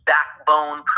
Backbone